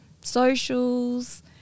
socials